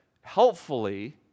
helpfully